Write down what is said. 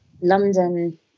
London